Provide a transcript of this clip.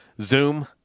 Zoom